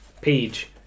page